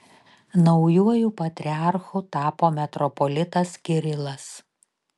naujuoju patriarchu tapo metropolitas kirilas